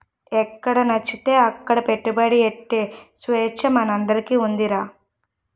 ఎక్కడనచ్చితే అక్కడ పెట్టుబడి ఎట్టే సేచ్చ మనందరికీ ఉన్నాదిరా